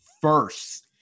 first